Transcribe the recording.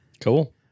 Cool